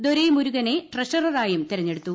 ദൊരൈമൂരുകനെ ട്രഷററായും തെരഞ്ഞെടുത്തു